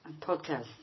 podcast